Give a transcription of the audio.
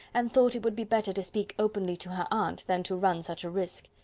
and thought it would be better to speak openly to her aunt than to run such a risk.